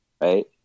right